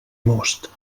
most